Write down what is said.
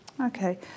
Okay